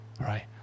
right